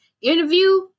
interview